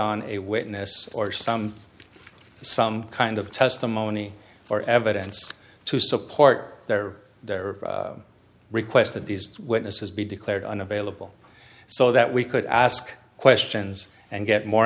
on a witness or some some kind of testimony or evidence to support their their request that these witnesses be declared unavailable so that we could ask questions and get more